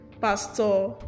Pastor